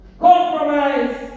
Compromise